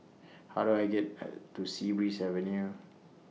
How Do I get to Sea Breeze Avenue